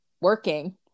working